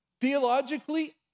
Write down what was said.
Theologically